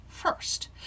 First